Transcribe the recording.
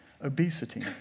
Obesity